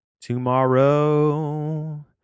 Tomorrow